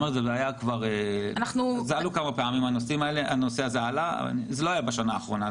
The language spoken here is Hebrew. הנושא הזה עלה כמה פעמים, זה לא היה בשנה האחרונה.